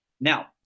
Now